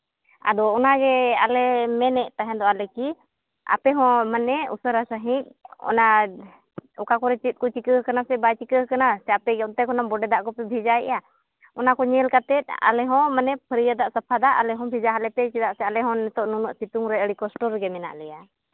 ᱟᱫᱚ ᱚᱱᱟᱜᱮ ᱟᱞᱮ ᱢᱮᱱᱮᱫ ᱛᱟᱦᱮᱸᱫᱚᱜᱼᱟ ᱞᱮ ᱠᱤ ᱟᱯᱮ ᱦᱚᱸ ᱢᱟᱱᱮ ᱩᱥᱟᱹᱨᱟ ᱥᱟᱺᱦᱤᱡ ᱚᱱᱟ ᱚᱠᱟ ᱠᱚᱨᱮ ᱪᱮᱫ ᱠᱚ ᱪᱤᱠᱟᱹ ᱠᱟᱱᱟ ᱥᱮ ᱵᱟᱭ ᱪᱤᱠᱟᱹ ᱠᱟᱱᱟ ᱥᱮ ᱟᱯᱮ ᱜᱮ ᱚᱱᱛᱮ ᱵᱚᱰᱮ ᱫᱟᱜ ᱠᱚᱯᱮ ᱵᱷᱮᱡᱟᱭᱮᱜᱼᱟ ᱚᱱᱟ ᱠᱚ ᱧᱮᱞ ᱠᱟᱛᱮᱫ ᱟᱞᱮ ᱦᱚᱸ ᱟᱱᱮ ᱯᱷᱟᱹᱨᱭᱟᱹ ᱫᱟᱜ ᱥᱟᱯᱷᱟ ᱫᱟᱜ ᱟᱞᱮ ᱦᱚᱸ ᱵᱷᱮᱡᱟ ᱦᱟᱞᱮ ᱯᱮ ᱪᱮᱫᱟᱜ ᱥᱮ ᱟᱞᱮ ᱦᱚᱸ ᱱᱤᱛᱳᱜ ᱱᱩᱱᱟᱹᱜ ᱥᱤᱛᱩᱝ ᱨᱮ ᱟᱹᱰᱤ ᱠᱚᱥᱴᱚ ᱨᱮᱜᱮ ᱢᱮᱱᱟᱜ ᱞᱮᱭᱟ